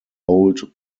old